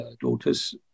daughter's